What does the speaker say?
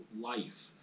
life